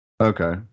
Okay